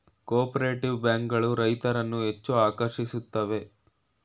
cooperative bank ಗಳು ರೈತರನ್ನು ಹೆಚ್ಚು ಆಕರ್ಷಿಸುತ್ತವೆ